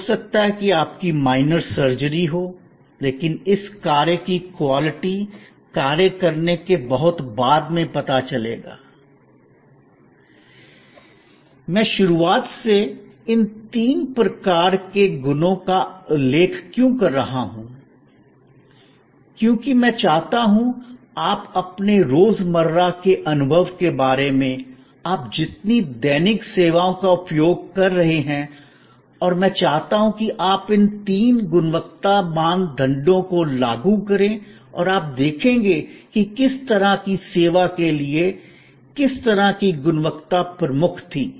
हो सकता है कि आपकी माइनर सर्जरी हो लेकिन इस कार्य की क्वालिटी कार्य करने के बहुत बाद में पता चलेगा मैं शुरुआत से इन तीन प्रकार के गुणों का उल्लेख क्यों कर रहा हूं क्योंकि मैं चाहता हूँ आप अपने रोजमर्रा के अनुभव के बारे में आप जितनी दैनिक सेवाओं का उपयोग कर रहे हैं और मैं चाहता हूँ आप इन तीन गुणवत्ता मानदंडों को लागू करें और आप देखेंगे कि किस तरह की सेवा के लिए किस तरह की गुणवत्ता प्रमुख थी